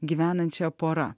gyvenančia pora